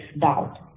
doubt